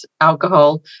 alcohol